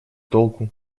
толку